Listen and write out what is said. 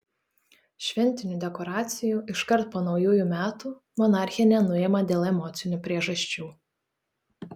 šventinių dekoracijų iškart po naujųjų metų monarchė nenuima dėl emocinių priežasčių